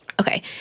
Okay